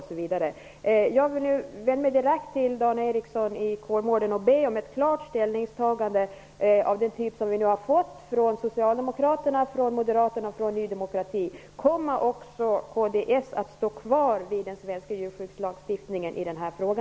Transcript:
Jag vänder mig nu direkt till Dan Ericsson i Kolmården och ber om ett klart ställningstagande av den typ som vi fått av Socialdemokraterna, Moderaterna och Ny demokrati. Kommer också kds att stå kvar vid den svenska djurskyddslagstiftningen i denna fråga?